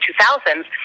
2000s